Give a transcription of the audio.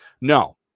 No